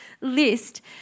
list